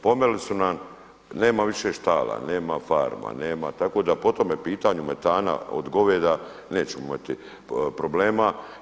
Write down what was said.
Pomeli su nam nema više štala, nema farma, nema tako da po tome pitanju metana od goveda nećemo imati problema.